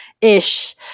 ish